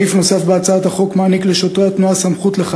סעיף נוסף בהצעת החוק מסמיך את שוטרי התנועה לתת